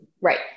Right